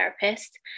therapist